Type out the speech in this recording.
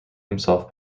himself